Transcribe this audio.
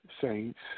saints